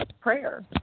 prayer